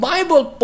Bible